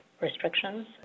restrictions